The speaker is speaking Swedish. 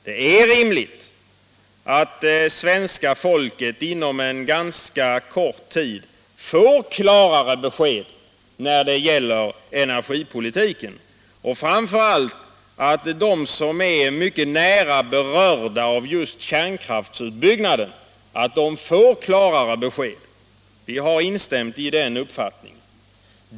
Det är rimligt att svenska folket inom ganska kort tid får klarare besked när det gäller energipolitiken och framför allt att de som är mycket nära berörda av kärnkraftsutbyggnaden får klarare besked. Vi har alltså instämt i den uppfattningen.